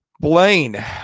Blaine